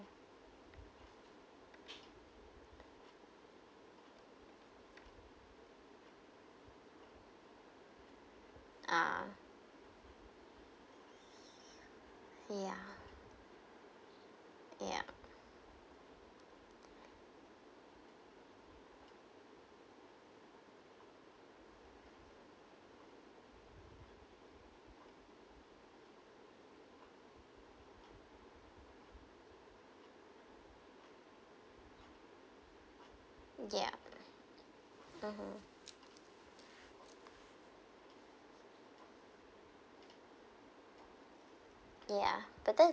ah ya ya ya mmhmm ya but that